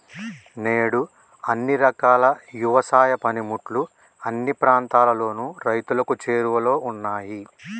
నేడు అన్ని రకాల యవసాయ పనిముట్లు అన్ని ప్రాంతాలలోను రైతులకు చేరువలో ఉన్నాయి